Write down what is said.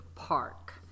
Park